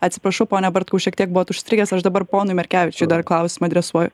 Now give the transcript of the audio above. atsipašau pone bartkau šiek tiek buvot užstrigęs aš dabar ponui merkevičiui dar klausimą adresuoju